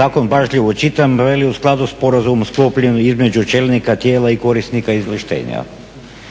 zakon pažljivo čitam, veli u skladu sporazum sklopljen između čelnika tijela i korisnika izvlaštenja.